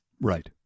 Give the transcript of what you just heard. Right